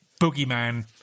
boogeyman